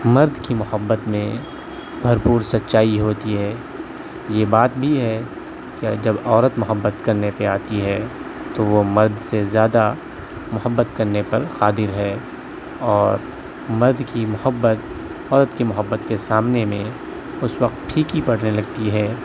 مرد کی محبت میں بھرپور سچائی ہوتی ہے یہ بات بھی ہے کہ جب عورت محبت کرنے پہ آتی ہے تو وہ مرد سے زیادہ محبت کرنے پر قادر ہے اور مرد کی محبت عورت کی محبت کے سامنے میں اس وقت پھیکی پڑنے لگتی ہے